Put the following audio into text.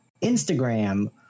Instagram